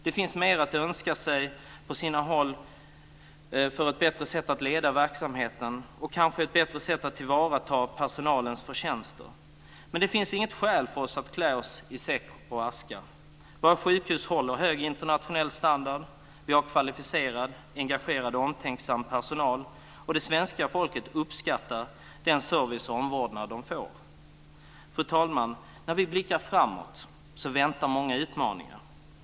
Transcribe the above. Det finns mer att önska på sina håll när det gäller ett bättre sätt att leda verksamheten och kanske ett bättre sätt att tillvarata personalens förtjänster men det finns inget skäl för oss att klä oss i säck och aska. Våra sjukhus håller hög internationell standard. Vi har en kvalificerad och en engagerad och omtänksam personal. Svenska folket uppskattar den service och omvårdnad som ges. Fru talman! Om vi blickar framåt väntar många utmaningar.